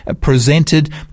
presented